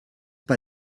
bei